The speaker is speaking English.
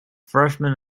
freshman